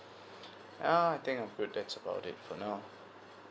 uh I think I that's about it for now